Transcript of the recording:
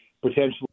potentially